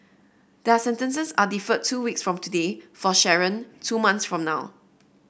their sentences are deferred two weeks from today for Sharon two months from now